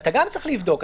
אתה גם צריך לבדוק.